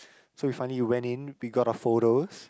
so we finally went in we got our photos